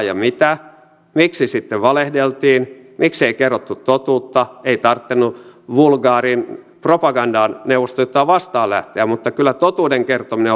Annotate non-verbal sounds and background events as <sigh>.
<unintelligible> ja mitä miksi sitten valehdeltiin miksei kerrottu totuutta ei tarvinnut vulgaariin propagandaan neuvostoliittoa vastaan lähteä mutta kyllä totuuden kertominen <unintelligible>